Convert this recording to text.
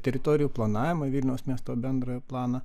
teritorijų planavimo vilniaus miesto bendrąjį planą